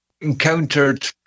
encountered